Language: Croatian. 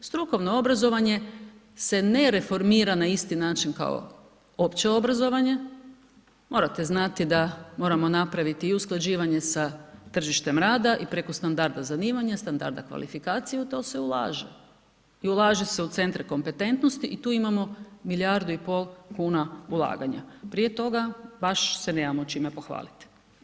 Strukovno obrazovanje se ne reformira na isti način kao opće obrazovanje, morate znati da moramo napraviti i usklađivanje sa tržištem rada i preko standarda zanimanja, standarda kvalifikacije i u to se ulaže i ulaže se u centre kompetentnosti i tu imamo milijardu i pol kuna ulaganja, prije toga baš se nemamo čime pohvaliti.